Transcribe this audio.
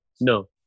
No